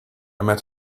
met